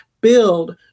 build